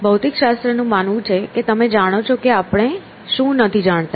ભૌતિકશાસ્ત્રનું માનવું છે કે તમે જાણો છો કે આપણે શું નથી જાણતા